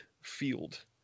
field